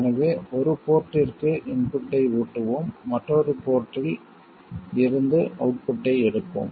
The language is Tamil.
எனவே ஒரு போர்ட்ற்கு இன்புட்டை ஊட்டுவோம் மற்றொரு போர்ட்டில் இருந்து அவுட்புட்டை எடுப்போம்